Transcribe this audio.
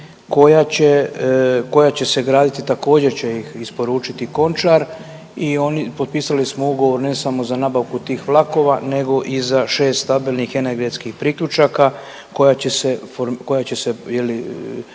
koja će se graditi također će ih isporučiti Končar. Potpisali smo ugovor ne samo za nabavku tih vlakova nego i za 6 stabilnih energetskih priključaka koja će se